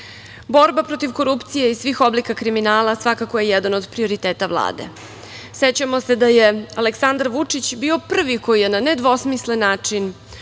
protiv korupcije i svih oblika kriminala svakako je jedan od prioriteta Vlade. Sećamo se da je Aleksandar Vučić bio prvi koji je na nedvosmislen način